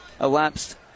elapsed